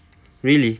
really